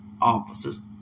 officers